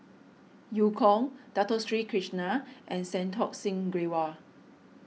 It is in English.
Eu Kong Dato Sri Krishna and Santokh Singh Grewal